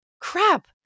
crap